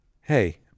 Hey